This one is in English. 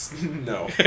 no